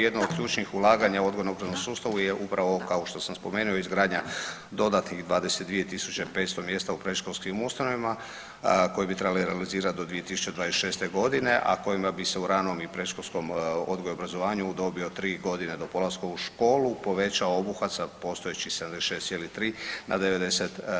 Jedna od ključnih ulaganja u odgojno obrazovnom sustavu je upravo kao što sam spomenuo izgradnja dodatnih 22.500 mjesta u predškolskim ustanovama koje bi trebali realizirat do 2026.g., a kojima bi se u ranom i predškolskom odgoju i obrazovanju u dobi od 3.g. do polaska u školu povećao obuhvat sa postojećih 76,3 na 90%